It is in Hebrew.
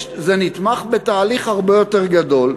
זה נתמך בתהליך הרבה יותר גדול,